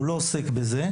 הוא לא עוסק בזה,